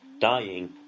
dying